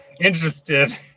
interested